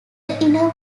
inner